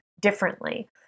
differently